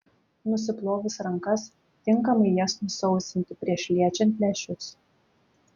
nusiplovus rankas tinkamai jas nusausinti prieš liečiant lęšius